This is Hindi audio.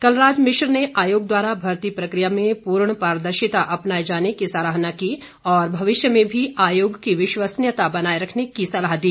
कलराज मिश्र ने आयोग द्वारा भर्ती प्रकिया में पूर्ण पारदर्शिता अपनाए जाने की सराहना की और भविष्य में भी आयोग की विश्वसनीयता बनाए रखने की सलाह दी